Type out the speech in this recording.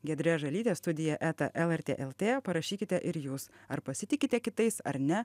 giedre žalyte studija eta lrt lt parašykite ir jūs ar pasitikite kitais ar ne